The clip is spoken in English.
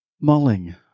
mulling